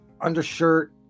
undershirt